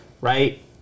right